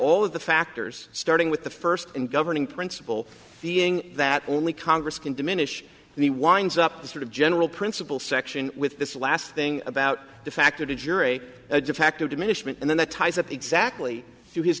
all of the factors starting with the first and governing principle being that only congress can diminish and he winds up the sort of general principle section with this last thing about the fact that a jury a de facto diminishment and then that ties up exactly to his